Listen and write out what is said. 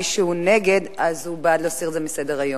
מי שהוא נגד הוא בעד להסיר את זה מסדר-היום.